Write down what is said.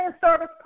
service